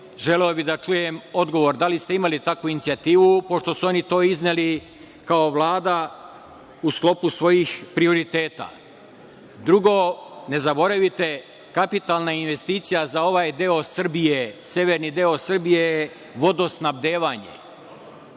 želeo bih da čujem odgovor – da li ste imali takvu inicijativu, pošto su oni to izneli kao Vlada u sklopu svojih prioriteta? Drugo, ne zaboravite kapitalna investicija za ovaj deo Srbije, severni deo Srbije je vodosnabdevanjem.